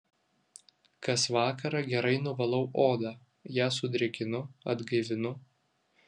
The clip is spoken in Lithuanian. kas vakarą gerai nuvalau odą ją sudrėkinu atgaivinu